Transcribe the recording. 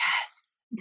yes